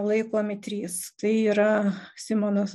laikomi trys tai yra simonas